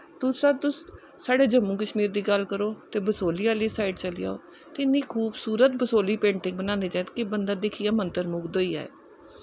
तुस साढ़े जम्मू कश्मीर दी गल्ल करो ते बसोह्ली आह्ली साईड चली जाओ ते इन्नी खूबसूत बसोह्ली पेंटिंग बनांदे के बंदा दिक्खियै मंत्रमुगद होई जाए